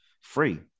free